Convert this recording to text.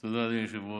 תודה, אדוני היושב-ראש.